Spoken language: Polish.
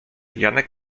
janek